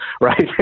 right